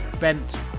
bent